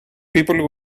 people